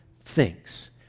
thinks